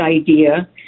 idea